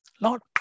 Lord